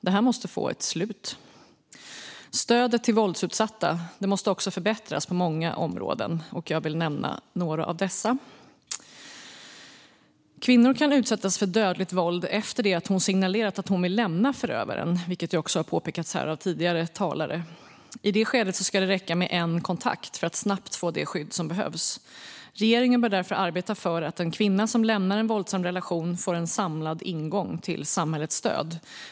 Detta måste få ett slut. Stödet till våldsutsatta måste också förbättras på många områden. Jag vill nämna några av dessa. Kvinnor kan utsättas för dödligt våld efter det att de signalerat att de vill lämna förövaren, vilket också har påpekats av tidigare talare. I det skedet ska det räcka med en kontakt för att snabbt få det skydd som behövs. Regeringen bör därför arbeta för att en kvinna som lämnar en våldsam relation får en samlad ingång till samhällets stöd.